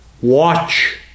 Watch